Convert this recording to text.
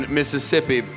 Mississippi